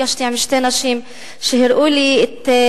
נפגשתי עם שתי נשים שהראו לי מקומות,